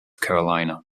carolina